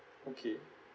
okay